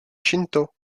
shinto